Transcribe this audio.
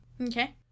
Okay